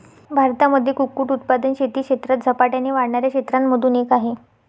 भारतामध्ये कुक्कुट उत्पादन शेती क्षेत्रात झपाट्याने वाढणाऱ्या क्षेत्रांमधून एक आहे